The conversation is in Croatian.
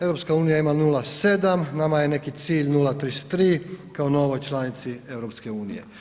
EU ima 0,7, nama je neki cilj 0,33 kao novoj članici EU.